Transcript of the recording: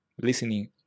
listening